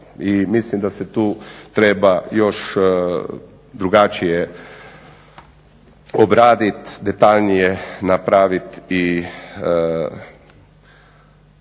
i mislim da se tu treba još drugačije obraditi, detaljnije napraviti i